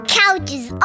couches